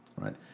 right